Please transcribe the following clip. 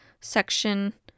section